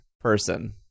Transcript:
person